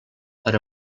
per